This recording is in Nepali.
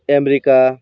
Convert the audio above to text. अमेरिका